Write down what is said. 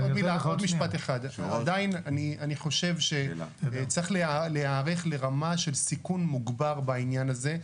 אני חושב שצריך להיערך לרמה של סיכון מוגבר בעניין הזה,